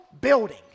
building